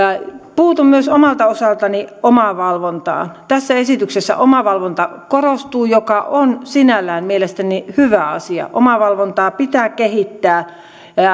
puutun myös omalta osaltani omavalvontaan tässä esityksessä omavalvonta korostuu mikä on sinällään mielestäni hyvä asia omavalvontaa pitää kehittää